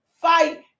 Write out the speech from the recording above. fight